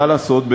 מה לעשות.